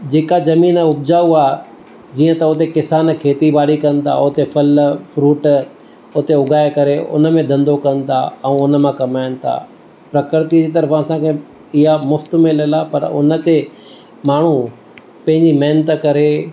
जेका ज़मीन उपजाऊ आहे जीअं त उते किसान खेती बाड़ी कनि था उते फल फ्रुट उते उगाए करे हुन में धंधो कनि था ऐं हुन मां कमाइनि था प्रकृति जी तरफ़ां असांखे इया मुफ़्त मिलियल आहे पर हुन ते माण्हू पंहिंजी महिनत करे